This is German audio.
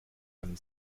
einem